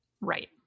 Right